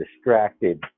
distracted